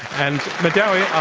and, madawi,